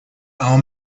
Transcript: our